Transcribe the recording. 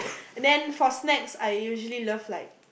and then for snacks I usually love like